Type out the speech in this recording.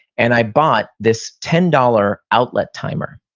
and i bought this ten dollars outlet timer.